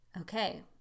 Okay